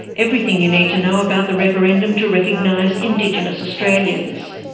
everything you need to know about the referendum to recognise indigenous australians.